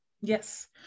Yes